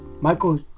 Michael